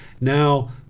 Now